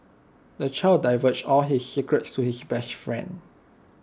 the child divulged all his secrets to his best friend